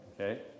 Okay